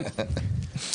תרגומם: